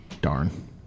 darn